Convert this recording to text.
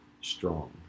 strong